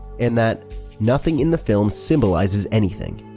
and that nothing in the film symbolizes anything.